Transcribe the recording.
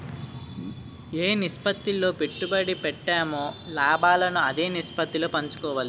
ఏ నిష్పత్తిలో పెట్టుబడి పెట్టామో లాభాలను అదే నిష్పత్తిలో పంచుకోవాలి